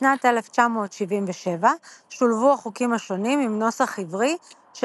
בשנת 1977 שולבו החוקים השונים עם נוסח עברי של